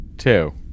Two